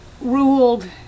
ruled